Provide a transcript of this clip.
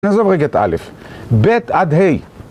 נעזוב רגע את א', ב' עד ה'.